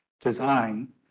design